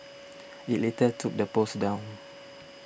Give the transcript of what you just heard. it later took the post down